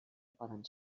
poden